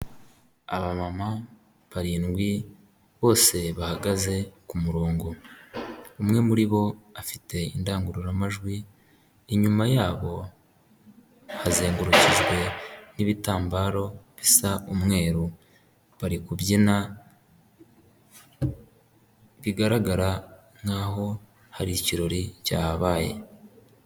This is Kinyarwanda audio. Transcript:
Aba mama barindwi bose bahagaze kumurongo. Umwe muri bo afite indangururamajwi, inyuma yabo hazengurukijwe n'ibitambaro isa umweru, bari kubyina, bigaragara nkaho hari ikirori cyabaye.